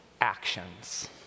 actions